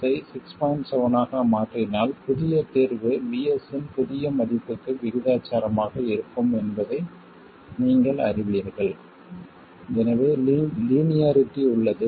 7 ஆக மாறினால் புதிய தீர்வு VS இன் புதிய மதிப்புக்கு விகிதாசாரமாக இருக்கும் என்பதை நீங்கள் அறிவீர்கள் எனவே லீனியாரிட்டி உள்ளது